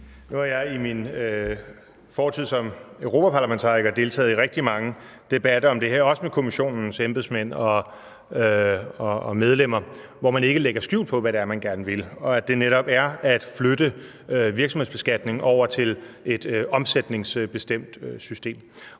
Nu har jeg i min fortid som europaparlamentariker deltaget i rigtig mange debatter om det her, også med Kommissionens embedsmænd og medlemmer, hvor man ikke lægger skjul på, hvad det er, man gerne vil, og at det netop er at flytte virksomhedsbeskatningen over til et omsætningsbestemt system.